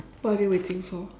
what are they waiting for